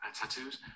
tattoos